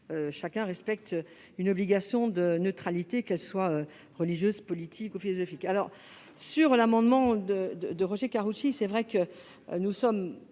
chacun respecte une obligation de neutralité, qu'elle soit religieuse, politique ou philosophique. Sur l'amendement de Roger Karoutchi, c'est vrai, nous sommes